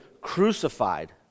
crucified